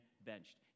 benched